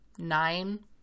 Nine